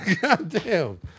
Goddamn